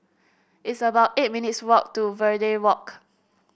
it's about eight minutes' walk to Verde Walk